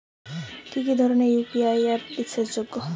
কি কি ধরনের ইউ.পি.আই অ্যাপ বিশ্বাসযোগ্য?